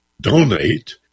donate